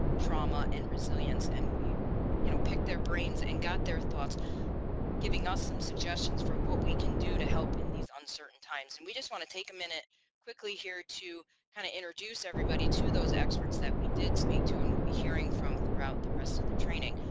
trauma, and resilience and we you know pick their brains and got their thoughts giving us some suggestions for what we can do to help in these uncertain times. and we just want to take a minute quickly here to kind of introduce everybody to those experts that we did speak to and we'll be hearing from throughout the rest of the training.